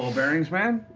ball bearings, man.